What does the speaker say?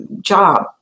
job